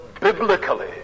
biblically